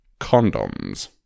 condoms